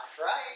right